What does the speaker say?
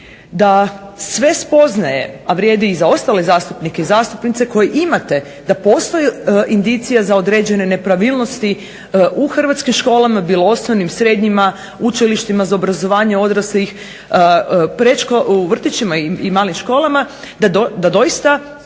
da sve spoznaje isto tako vrijedi i za ostale zastupnike zastupnice, koji imate da postoje indicije za određene nepravilnosti u Hrvatskim školama, bilo osnovnim, srednjima, učilištima za obrazovanje odraslih, vrtićima i malim školama, da doista